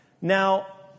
Now